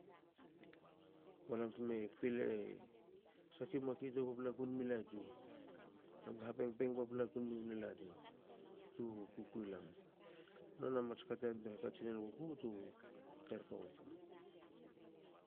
Balam tme pilei sake makitou paplaku mi latu balam te ha pengpeng palaku mi bna latu tu kukui lam. Nona mats ka antuen hakatsin enguku tu terko wuku